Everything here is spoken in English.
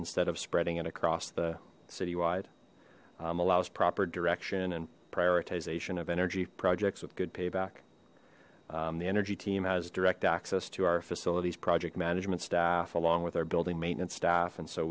instead of spreading it across the city wide allows proper direction and prioritization of energy projects with good payback the energy team has direct access to our facilities project management staff along with our building maintenance staff and so